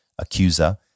accuser